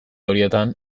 horietan